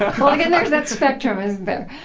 um like and there's that spectrum, isn't there?